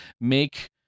make